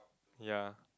ya